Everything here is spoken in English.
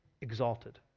exalted